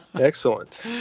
excellent